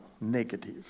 negative